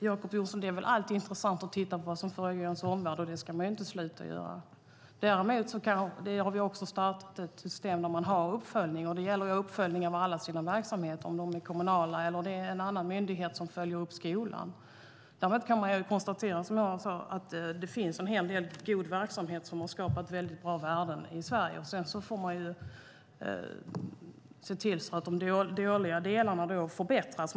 Herr talman! Det är väl alltid intressant, Jacob Johnson, att titta på vad som försiggår i vår omvärld, och det ska man inte sluta med att göra. Vi har ett system där man gör uppföljningar, och det gäller att göra uppföljningar i alla verksamheter, oavsett om det är kommunala eller om det är en annan myndighet som följer upp till exempel skolan. Det finns en hel del god verksamhet som har skapat väldigt bra värden i Sverige. Sedan får man se till att de dåliga delarna förbättras.